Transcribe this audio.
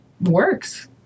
works